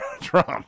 Trump